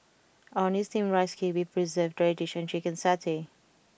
Orh Nee Steamed Rice Cake with Preserved Radish and Chicken Satay